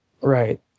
Right